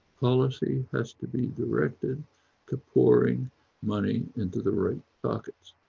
policy has to be directed to pouring money into the right pockets.